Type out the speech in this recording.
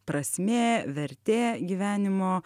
prasmė vertė gyvenimo